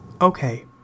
Okay